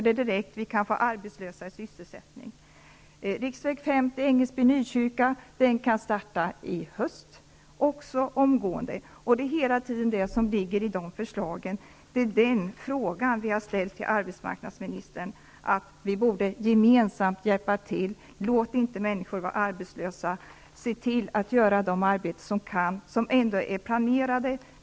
Detta kan ge arbetslösa anläggningsarbetare sysselsättning omedelbart. Nykyrka, kan startas i höst. Det är sådana projekt som våra frågor gäller. Vi anser att vi gemensamt borde hjälpas åt för att få i gång dessa projekt. Låt inte människor få vara arbetslösa! Se till att vi kommer i gång med de arbeten som ändå är planerade!